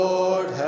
Lord